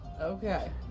Okay